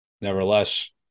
nevertheless